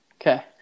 okay